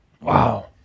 Wow